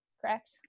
correct